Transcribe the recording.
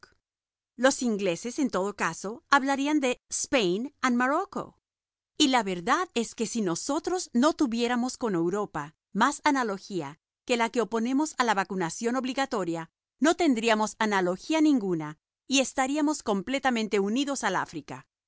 los ingleses en todo caso hablarían de spain and marocco y la verdad es que si nosotros no tuviéramos con europa más analogía que la de oponernos a la vacunación obligatoria no tendríamos analogía ninguna y estaríamos completamente unidos al áfrica